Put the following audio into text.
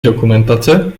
dokumentace